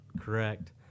correct